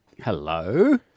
Hello